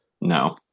No